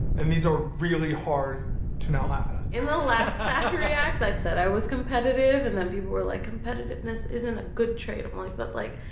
and these are really hard to not laugh at. in the last staff reacts, i said i was competitive, and then people were like competitiveness isn't a good trait. i'm like, but like,